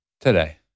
Today